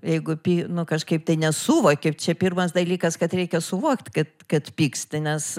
jeigu py nu kažkaip tai nesuvoki čia pirmas dalykas kad reikia suvokt kad kad pyksti nes